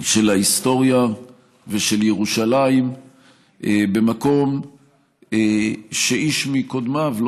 של ההיסטוריה ושל ירושלים במקום שאיש מקודמיו לא